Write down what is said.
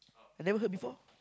I never heard before